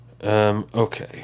Okay